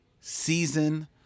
season